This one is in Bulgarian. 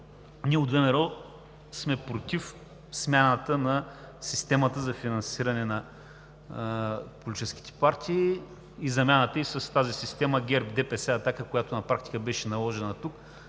Ние от ВМРО сме против смяната на системата за финансиране на политическите партии и замяната ѝ със системата „ГЕРБ, ДПС, „Атака“, която на практика беше наложена тук,